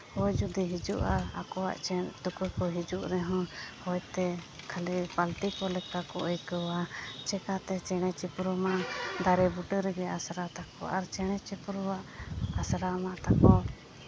ᱦᱚᱭ ᱡᱩᱫᱤ ᱦᱤᱡᱩᱜᱼᱟ ᱟᱠᱚᱣᱟᱜ ᱛᱩᱠᱟᱹ ᱠᱚ ᱦᱤᱡᱩᱜ ᱨᱮᱦᱚᱸ ᱦᱚᱭᱛᱮ ᱠᱷᱟᱹᱞᱤ ᱯᱟᱞᱴᱤ ᱠᱚ ᱞᱮᱠᱟ ᱠᱚ ᱟᱹᱭᱠᱟᱹᱣᱟ ᱪᱤᱠᱟᱛᱮ ᱪᱮᱬᱮ ᱪᱤᱯᱨᱩ ᱢᱟ ᱫᱟᱨᱮ ᱵᱩᱴᱟᱹ ᱨᱮᱜᱮ ᱟᱥᱨᱟ ᱛᱟᱠᱚ ᱟᱨ ᱪᱮᱬᱮ ᱪᱤᱯᱨᱩ ᱟᱜ ᱟᱥᱨᱟ ᱢᱟ ᱛᱟᱠᱚ